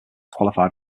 qualified